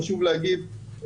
חשוב להגיד,